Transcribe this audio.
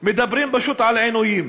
מדברים פשוט על עינויים.